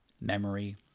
memory